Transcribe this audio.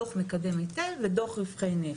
דוח מקדם היטל ודוח רווחי נפט.